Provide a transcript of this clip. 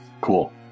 Cool